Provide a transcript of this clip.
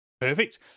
Perfect